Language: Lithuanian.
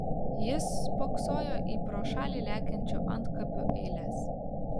jis spoksojo į pro šalį lekiančių antkapių eiles